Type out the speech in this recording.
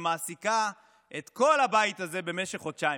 שמעסיקה את כל הבית הזה במשך חודשיים?